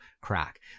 crack